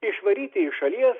išvaryti iš šalies